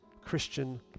Christian